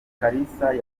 kalisa